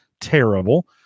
terrible